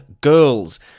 Girls